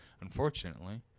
unfortunately